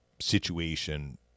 situation